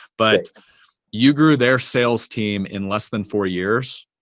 but you grew their sales team in less than four years.